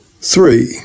Three